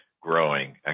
growing